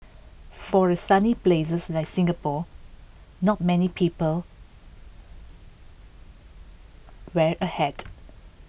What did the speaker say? for A sunny places like Singapore not many people wear A hat